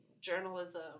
journalism